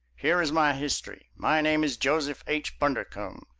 here is my history my name is joseph h. bundercombe.